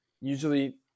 usually